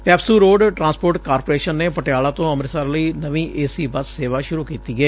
PEPSU road transport corporation ਨੇ ਪਟਿਆਲਾ ਤੋਂ ਅੰਮ੍ਤਿਤਸਰ ਲਈ ਨਵੀਂ ਏ ਸੀ ਬੱਸ ਸੇਵਾ ਸੁਰੁ ਕੀਤੀ ਏ